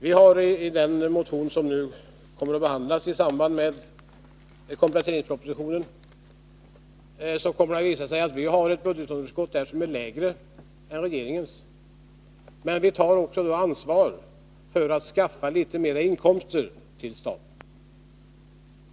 I den motion som kommer att behandlas i samband med kompletteringspropositionen kommer det att visa sig att vi har ett budgetunderskott som är lägre än regeringens. Men vi tar då också ansvar för att skaffa litet mera inkomster till staten.